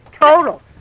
Total